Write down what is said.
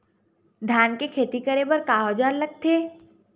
धान के खेती करे बर का औजार लगथे?